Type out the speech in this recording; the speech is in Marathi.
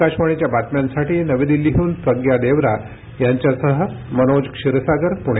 आकाशवाणीच्या बातम्यांसाठी नवी दिल्लीहून प्रग्या देवरा यांच्यासह मनोज क्षीरसागर पुणे